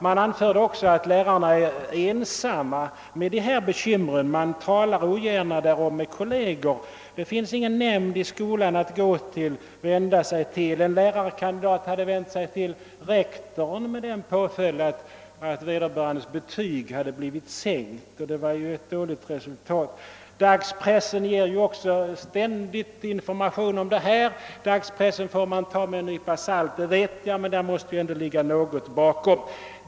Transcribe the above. Vidare sade de att läraren oftast är ensam med sina bekymmer. Han talar ogärna om dem med sina kolleger. Det finns heller ingen nämnd vid skolan att vända sig till. En lärare hade vänt sig till rektorn, men följden blev bara att lärarens tjänstgöringsbetyg sänktes, och det var ju ett dåligt resultat. Dagspressen informerar också ständigt om dessa problem. Jag vet givetvis att man måste ta dagspressens uppgifter med en nypa salt, men något ligger ändå bakom dem.